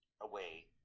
away